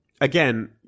again